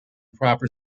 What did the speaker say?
proper